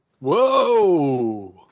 Whoa